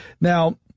Now